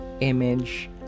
image